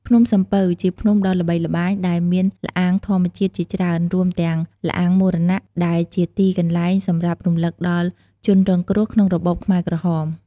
ភ្នំសំពៅ ជាភ្នំដ៏ល្បីល្បាញដែលមានល្អាងធម្មជាតិជាច្រើន រួមទាំង ល្អាងមរណៈ ដែលជាទីកន្លែងសម្រាប់រំលឹកដល់ជនរងគ្រោះក្នុងរបបខ្មែរក្រហម។